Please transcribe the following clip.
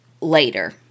later